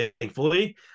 thankfully